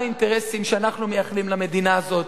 אינטרסים שאנחנו מייחלים למדינה הזאת.